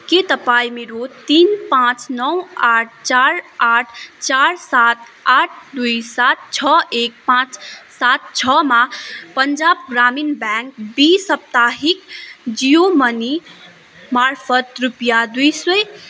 के तपाईँ मेरो तिन पाँच नौ आठ चार आठ चार सात आठ दुई सात छ एक पाँच सात छमा पन्जाब ग्रमीण ब्याङ्क बि साप्ताहिक जियो मनी मार्फत रुपियाँ दुई सय